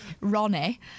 Ronnie